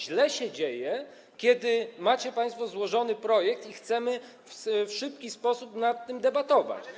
Źle się dzieje, kiedy macie państwo złożony projekt i chcemy w szybkim tempie nad tym debatować.